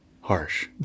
harsh